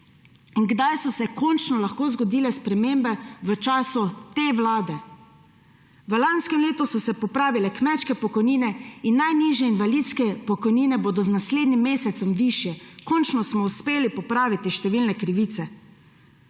In kdaj so se končno lahko zgodile spremembe? V času te vlade. V lanskem letu so se popravile kmečke pokojnine in najnižje invalidske pokojnine bodo z naslednjim mesecem višje. Končno smo uspeli popraviti številne krivice.